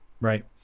right